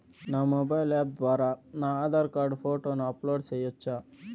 నా mobile app ద్వారా నా ఆధార్ కార్డు ఫోటోను అప్లోడ్ సేయొచ్చా?